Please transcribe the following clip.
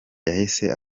yahise